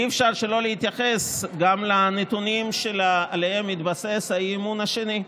אי-אפשר שלא להתייחס גם לנתונים שעליהם מתבסס האי-אמון השני,